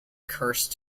curse